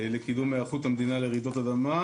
לקידום היערכות המדינה לרעידות אדמה,